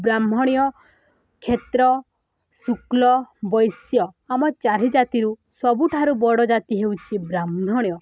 ବ୍ରାହ୍ମଣ କ୍ଷତ୍ରୀୟ ଶୁଦ୍ର ବୈଶ୍ୟ ଆମ ଚାରି ଜାତିରୁ ସବୁଠାରୁ ବଡ଼ ଜାତି ହେଉଛିି ବ୍ରାହ୍ମଣ